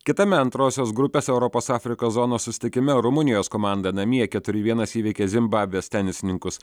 kitame antrosios grupės europos afrikos zonos susitikime rumunijos komanda namie keturi vienas įveikė zimbabvės tenisininkus